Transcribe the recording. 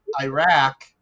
Iraq